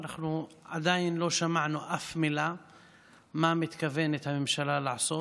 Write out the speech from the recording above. אנחנו עדיין לא שמענו אף מילה מה מתכוונת הממשלה לעשות,